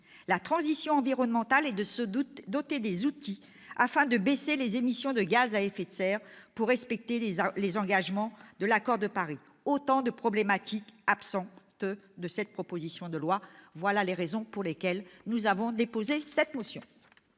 la transition environnementale et de se doter des outils permettant de réduire les émissions de gaz à effet de serre pour respecter les engagements de l'accord de Paris. Autant de problématiques absentes de cette proposition de loi ! Voilà les raisons qui nous ont conduits à déposer cette motion.